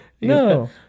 No